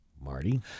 Marty